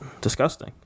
disgusting